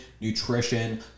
nutrition